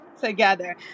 together